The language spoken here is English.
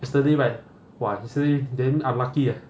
mister lee right !wah! yesterday damn unlucky eh